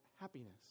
happiness